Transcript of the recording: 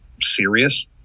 serious